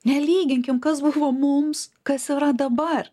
nelyginkim kas buvo mums kas yra dabar